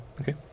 Okay